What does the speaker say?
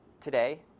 today